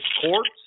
courts